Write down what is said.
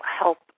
help